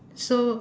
so